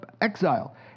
exile